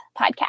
Podcast